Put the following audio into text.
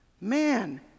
Man